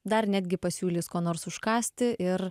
dar netgi pasiūlys ko nors užkąsti ir